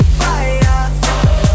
fire